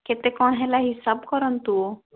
କେତେ କ'ଣ ହେଲା ହିସାବ କରନ୍ତୁ